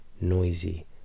noisy